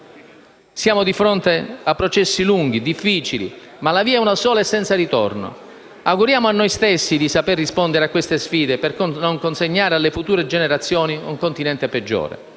Siamo di fronte a processi lunghi, difficili, ma la via è una sola e senza ritorno. Auguriamo a noi stessi di saper rispondere a queste sfide per non consegnare alle future generazioni un Continente peggiore.